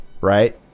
right